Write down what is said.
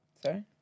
Sorry